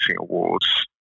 awards